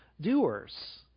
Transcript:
doers